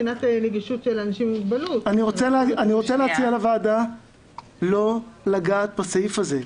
אני רוצה להציע לוועדה לא לגעת בסעיף הזה.